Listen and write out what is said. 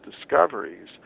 discoveries